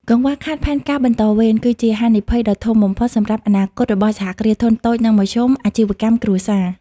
កង្វះខាតផែនការបន្តវេន គឺជាហានិភ័យដ៏ធំបំផុតសម្រាប់អនាគតរបស់ សហគ្រាសធុនតូច និងមធ្យម អាជីវកម្មគ្រួសារ។